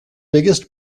biggest